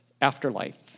afterlife